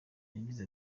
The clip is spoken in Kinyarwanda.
yagize